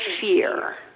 fear